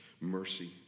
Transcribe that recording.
mercy